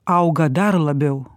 auga dar labiau